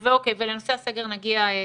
ולנושא הסגר נגיע תיכף.